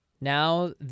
now